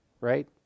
right